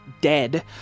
dead